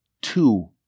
two